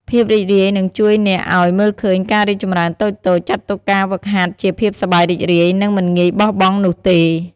ភាពរីករាយនឹងជួយអ្នកឱ្យ មើលឃើញការរីកចម្រើនតូចៗ ចាត់ទុកការហ្វឹកហាត់ជាភាពសប្បាយរីករាយ និងមិនងាយបោះបង់នោះទេ។